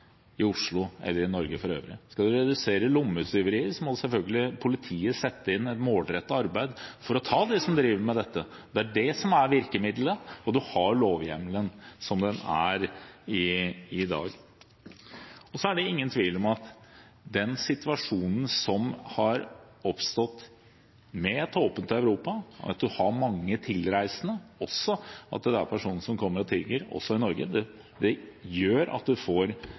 i Oslo eller i Norge for øvrig? Skal du redusere antall lommetyverier, må selvfølgelig politiet sette inn et målrettet arbeid for å ta dem som driver med dette. Det er det som er virkemidlet, og du har lovhjemmelen som den er i dag. Så er det ingen tvil om at den situasjonen som har oppstått med et åpent Europa og at du har mange tilreisende, også at det er personer som kommer og tigger i Norge, gjør at du får